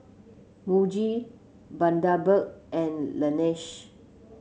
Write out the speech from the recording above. Muji Bundaberg and Laneige